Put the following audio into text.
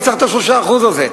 מי צריך את ה-3% הזה?